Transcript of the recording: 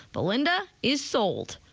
belinda is sold.